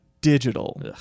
digital